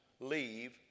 leave